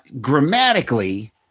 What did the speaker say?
grammatically